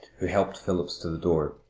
who helped philip to the door.